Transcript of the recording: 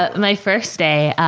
ah my first day.